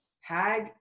Hag